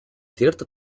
cierto